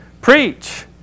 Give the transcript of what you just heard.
Preach